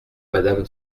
madame